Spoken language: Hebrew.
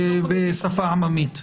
בשפה עממית.